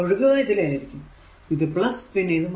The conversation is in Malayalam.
ഇത് പിന്നെ ഇത്